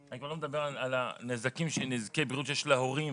אני כבר לא מדבר על נזקי הבריאות שיש להורים